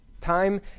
Time